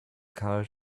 car